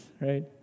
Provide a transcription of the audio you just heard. right